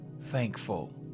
thankful